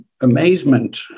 amazement